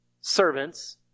servants